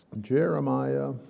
Jeremiah